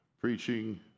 preaching